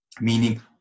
Meaning